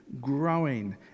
growing